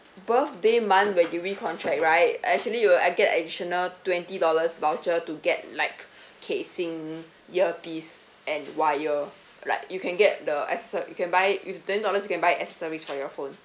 birthday month when you recontract right actually you will ad~ get additional twenty dollars voucher to get like casing earpiece and wire like you can get the accesso~ you can buy with twenty dollars you can buy accessories for your phone